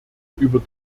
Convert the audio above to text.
über